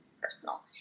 Personal